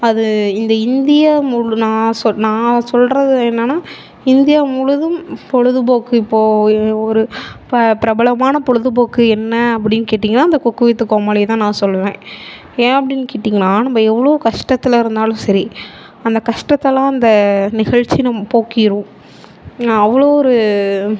அது இந்த இந்தியா முழு நான் சொல் நான் சொல்கிறது என்னென்னா இந்தியா முழுவதும் பொழுதுபோக்கு இப்போது ஒரு ப பிரபலமான பொழுதுபோக்கு என்ன அப்படின்னு கேட்டீங்கன்னால் இந்த குக்கு வித்து கோமாளியை தான் நான் சொல்லுவேன் ஏன் அப்படின்னு கேட்டீங்கன்னால் நம்ம எவ்வளோ கஷ்டத்தில் இருந்தாலும் சரி அந்த கஷ்டத்தலாம் அந்த நிகழ்ச்சி நம் போக்கிடும் அவ்வளோ ஒரு